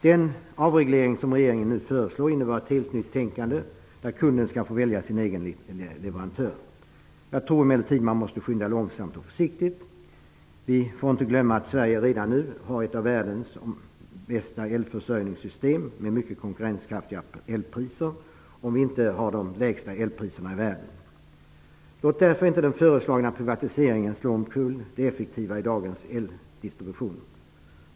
Den avreglering regeringen nu föreslår innebär ett helt nytt tänkande, där kunden skall få välja sin egen leverantör. Jag tror att man måste skynda långsamt och försiktigt. Vi får inte glömma att Sverige redan nu har ett av världens bästa elförsörjningssystem med mycket konkurrenskraftiga elpriser, om vi inte har de lägsta elpriserna i världen. Låt därför inte den föreslagna privatiseringen slå omkull det effektiva i dagens eldistribution.